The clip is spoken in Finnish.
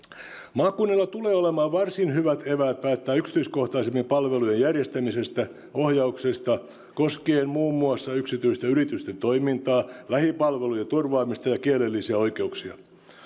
maakunnilla tulee olemaan varsin hyvät eväät päättää yksityiskohtaisemmin palvelujen järjestämisestä ja ohjauksesta koskien muun muassa yksityisten yritysten toimintaa lähipalvelujen turvaamista ja kielellisiä oikeuksia